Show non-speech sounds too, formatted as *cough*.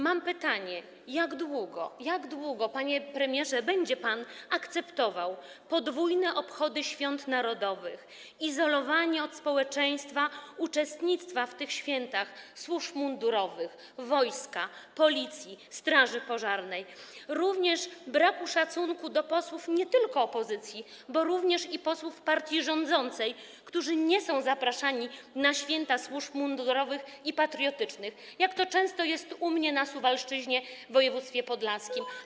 Mam pytanie: Jak długo, panie premierze, będzie pan akceptował podwójne obchody świąt narodowych, izolowanie od społeczeństwa uczestniczących w tych świętach służb mundurowych - wojska, policji, straży pożarnej - brak szacunku do posłów nie tylko opozycji, bo również posłów partii rządzącej, którzy nie są zapraszani na święta służb mundurowych i święta patriotyczne, jak to często jest u mnie, na Suwalszczyźnie, *noise* w województwie podlaskim?